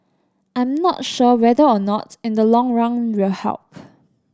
I'm not sure whether or not in the long run will help